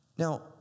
Now